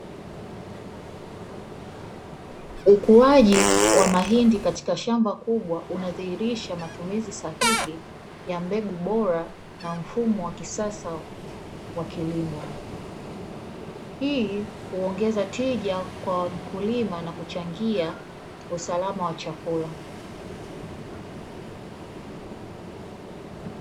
Ukuaji wa mahindi katika shamba kubwa unadhihirisha matumizi sahihi ya mbegu bora na mfumo wa kisasa wa kilimo. Hii huongeza tija kwa mkulima na kuchangia usalama wa chakula.